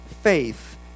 faith